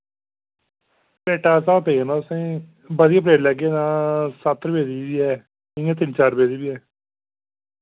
प्लेटां दा स्हाब पेई जाना तुसेंगी बधिया प्लेट लैगे तां सत्त रपेऽ दी बी ऐ इ'यां तिन चार रपेऽ दी बी ऐ